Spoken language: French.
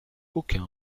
aucun